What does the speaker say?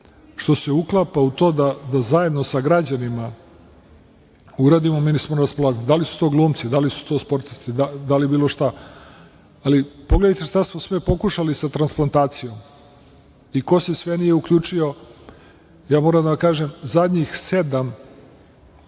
što se uklapa u to da zajedno sa građanima uradimo mi smo na raspolaganju. Da li su glumci, da li su to sportisti, da li bilo šta. Pogledajte šta smo sve pokušali sa transplatacijom i ko se sve nije uključio. Ja moram da vam kažem zadnjih sedam